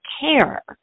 care